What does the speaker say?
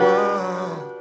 one